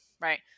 right